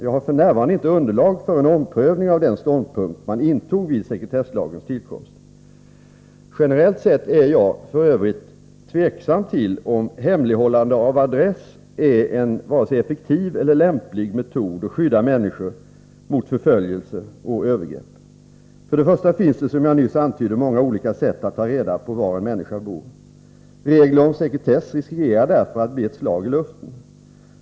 Jag har f. n. inte underlag för en omprövning av den ståndpunkt man intog vid sekretesslagens tillkomst. Generellt sett är jag f. ö. tveksam till om hemlighållande av adress är en vare sig effektiv eller lämplig metod att skydda människor mot förföljelse och övergrepp. För det första finns det som jag nyss antydde många olika sätt att ta reda på var en människa bor. Regler om sekretess riskerar därför att bli ett slag i luften.